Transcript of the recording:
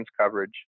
coverage